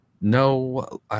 No